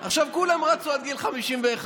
עכשיו כולם רצו עד גיל 51,